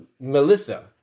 Melissa